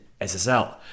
SSL